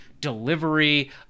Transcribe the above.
delivery